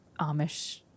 Amish